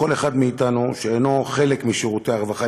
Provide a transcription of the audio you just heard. כל אחד מאתנו שאינו חלק משירותי הרווחה,